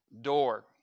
door